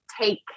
take